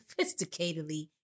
Sophisticatedly